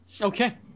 Okay